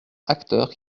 acteurs